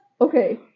Okay